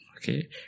Okay